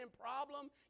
problem